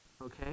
Okay